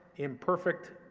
imperfect,